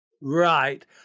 Right